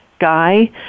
guy